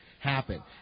happen